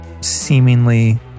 seemingly